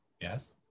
Yes